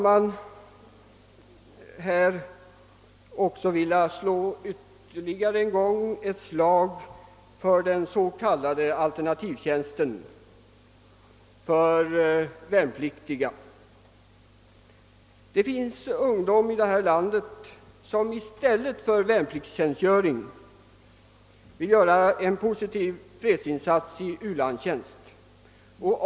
Jag vill också slå ytterligare ett slag för de värnpliktigas s.k. alternativtjänst. Vi har här i landet ungdomar som i stället för värnplikt gärna vill göra en positiv stötinsats i u-landstjänst.